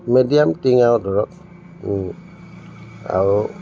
medium টিং আৰু ধৰক আৰু